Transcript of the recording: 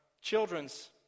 children's